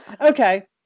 Okay